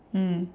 mm